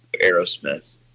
Aerosmith